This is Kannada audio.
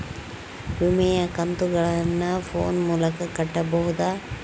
ವಿಮೆಯ ಕಂತುಗಳನ್ನ ಫೋನ್ ಮೂಲಕ ಕಟ್ಟಬಹುದಾ?